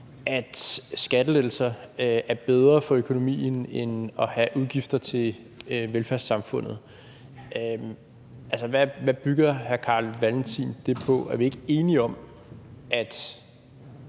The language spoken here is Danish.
at skattelettelser er bedre for økonomien end at have udgifter til velfærdssamfundet. Altså, hvad bygger hr. Carl Valentin det på? Er vi ikke enige om, at